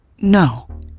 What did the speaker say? No